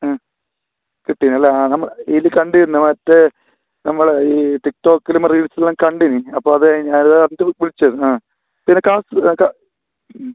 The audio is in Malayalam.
ആ കിട്ടീന് അല്ലേ നമ്മൾ ഇതിൽ കണ്ടിരുന്നു മറ്റേ നമ്മളെ ഈ ടിക്ടോക്കിലും റീൽസ് എല്ലാം കണ്ടിരുന്നു അപ്പോൾ അത് അത് പറഞ്ഞിട്ട് വിളിച്ചത് ആ പിന്നെ